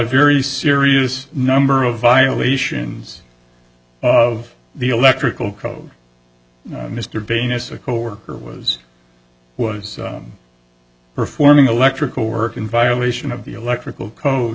very serious number of violations of the electrical code mr venus a coworker was was performing electrical work in violation of the electrical code